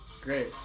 great